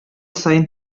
саен